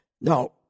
No